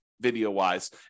video-wise